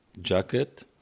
jacket